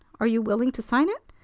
are you willing to sign it?